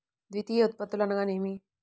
ద్వితీయ ఉత్పత్తులు అనగా నేమి?